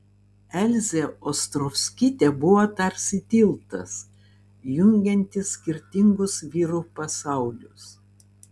elzė ostrovskytė buvo tarsi tiltas jungiantis skirtingus vyrų pasaulius